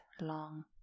long